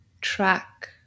track